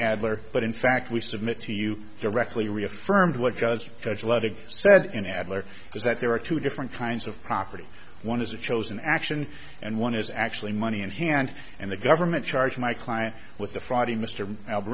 adler but in fact we submit to you directly reaffirmed what judge a judge let it said in adler is that there are two different kinds of property one is a chosen action and one is actually money in hand and the government charged my client with the friday mr a